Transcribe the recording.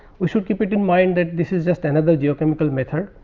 we should keep it in mind that this is just another geochemical method.